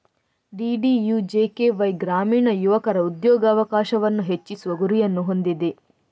DDUJKY ಗ್ರಾಮೀಣ ಯುವಕರ ಉದ್ಯೋಗಾವಕಾಶವನ್ನು ಹೆಚ್ಚಿಸುವ ಗುರಿಯನ್ನು ಹೊಂದಿದೆ